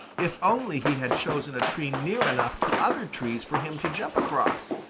if only he had chosen a tree near enough to other trees for him to jump across!